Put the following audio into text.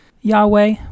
Yahweh